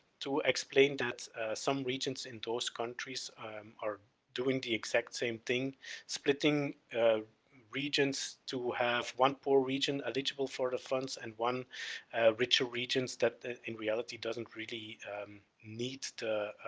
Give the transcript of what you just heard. to explain that some regions in those countries are doing the exact same thing splitting ah regions to have one poor region eligible for the funds and one richer regions that in reality doesn't really need the,